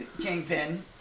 Kingpin